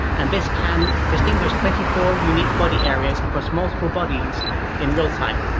and this can distinguish twenty four unique body areas across multiple bodies in real time.